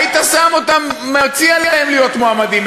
היית מציע להם להיות מועמדים.